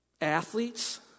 Athletes